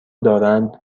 دارند